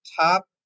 top